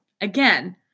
again